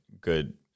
good